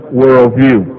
worldview